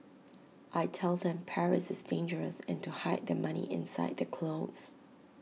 I tell them Paris is dangerous and to hide their money inside clothes